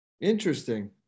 interesting